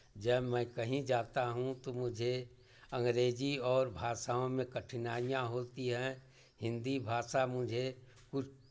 जब मैं कहीं जाता हूँ तो मुझे अंग्रेजी और भाषाओं में कठिनाइयाँ होती हैं हिन्दी भाषा मुझे कुछ